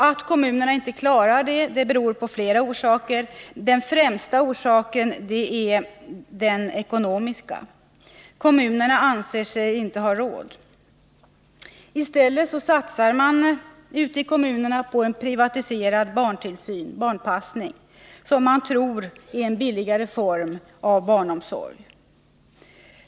Att kommunerna inte klarar detta beror på flera faktorer, men den främsta orsaken är den ekonomiska. Kommunerna anser sig inte ha råd. I stället satsar de på en privatiserad barntillsyn, på barnpassning, som man tror är en billigare form av barnomsorg.